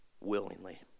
Willingly